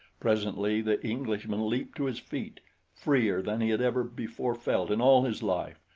presently the englishman leaped to his feet freer than he had ever before felt in all his life,